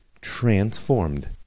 transformed